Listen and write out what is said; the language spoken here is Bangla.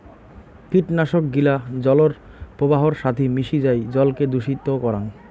কীটনাশক গিলা জলর প্রবাহর সাথি মিশি যাই জলকে দূষিত করাং